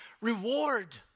Reward